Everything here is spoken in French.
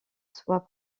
soient